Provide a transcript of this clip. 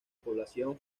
población